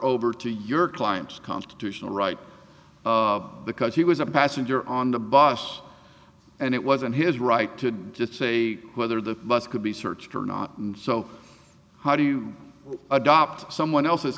over to your client's constitutional right because he was a passenger on the bus and it wasn't his right to just say whether the bus could be searched or not and so how do you adopt someone else's